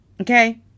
Okay